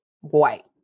white